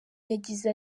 yagize